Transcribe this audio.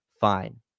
Fine